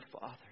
Father